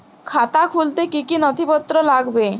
খাতা খুলতে কি কি নথিপত্র লাগবে?